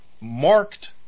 marked